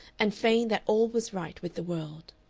and feigned that all was right with the world.